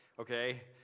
okay